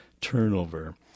turnover